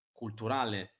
culturale